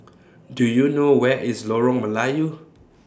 Do YOU know Where IS Lorong Melayu